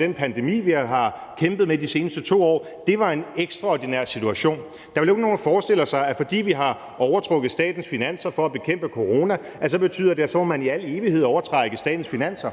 den pandemi, vi har kæmpet med de seneste 2 år. Det var en ekstraordinær situation. Der er vel ikke nogen, der forestiller sig, at fordi vi har overtrukket statens finanser for at bekæmpe corona, så betyder det, at man i al evighed må overtrække statens finanser.